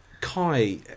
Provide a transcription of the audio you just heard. Kai